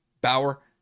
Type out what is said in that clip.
Bauer